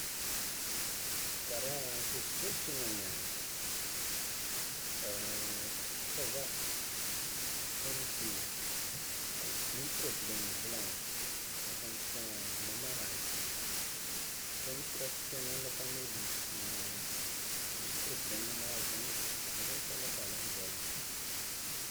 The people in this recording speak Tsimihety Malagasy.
Kara sosotsosotra ana niany, ça va sa misy ino? Ino prôblemo volano, afahatsika mamaha azy, tso misy raha tsy tianao nataon'ologno, na misy prôblema mahazo anao aza misalasala mivôlagna.